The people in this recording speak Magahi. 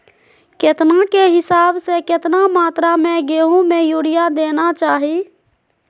केतना के हिसाब से, कितना मात्रा में गेहूं में यूरिया देना चाही?